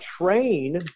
train